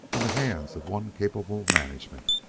in the hands of one capable management.